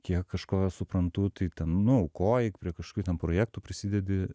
kiek kažko suprantu tai ten nu aukoji prie kažkokių ten projektų prisidedi